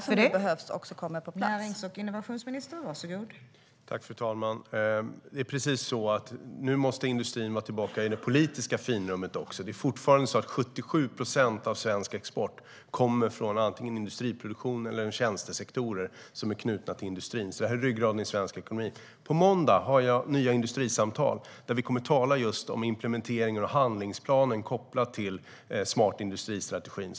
Fru talman! Det är precis så; nu måste industrin vara tillbaka i det politiska finrummet också. Det är fortfarande så att 77 procent av svensk export kommer från antingen industriproduktionen eller tjänstesektorer som är knutna till industrin. Det är alltså ryggraden i svensk ekonomi. På måndag har jag nya industrisamtal, där vi kommer att tala om just implementeringen av och handlingsplanen kopplad till Smart industri-strategin.